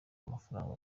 amafaranga